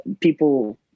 people